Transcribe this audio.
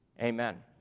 Amen